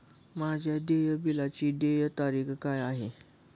माझ्या देय बिलाची देय तारीख काय आहे?